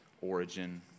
origin